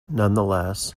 nonetheless